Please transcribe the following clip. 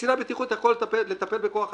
קצין הבטיחות יכול לטפל בכוח אדם.